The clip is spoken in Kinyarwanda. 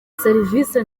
serivisi